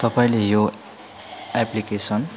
तपाईँले यो एप्लिकेसन